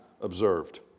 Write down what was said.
observed